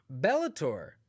Bellator